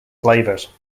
flavors